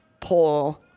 poll